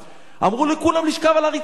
ואמרו לכולם לשכב על הרצפה.